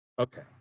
Okay